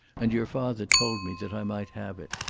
and your father told me that i might have it.